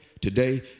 today